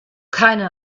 keine